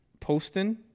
Poston